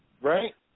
right